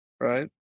right